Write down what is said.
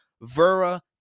Vera